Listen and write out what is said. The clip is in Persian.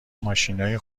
ماشینای